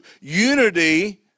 unity